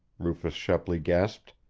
rufus shepley gasped.